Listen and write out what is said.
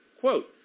Quote